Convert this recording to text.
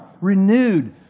renewed